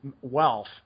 wealth